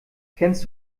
kennst